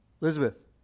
Elizabeth